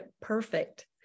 perfect